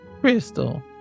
crystal